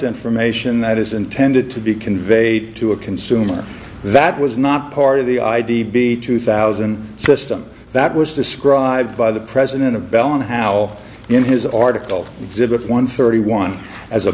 information that is intended to be conveyed to a consumer that was not part of the id be two thousand system that was described by the president of bell and howell in his article exhibit one thirty one as a